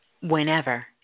whenever